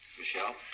Michelle